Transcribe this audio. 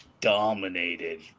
dominated